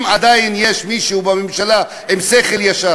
אם עדיין יש בממשלה מישהו עם שכל ישר.